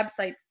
websites